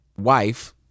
wife